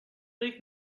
ric